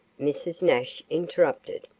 mrs. nash interrupted.